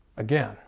again